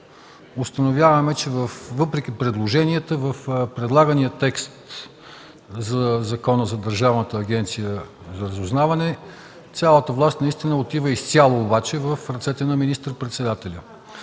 установяваме, че въпреки предложенията във внесения Законопроект за Държавна агенция „Разузнаване” цялата власт наистина отива изцяло обаче в ръцете на министър-председателя.